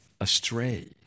astray